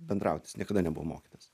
bendrauti jis niekada nebuvau mokytas